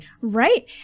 Right